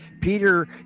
Peter